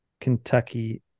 Kentucky